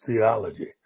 theology